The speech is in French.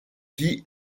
qui